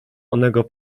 onego